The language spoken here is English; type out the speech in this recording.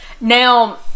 Now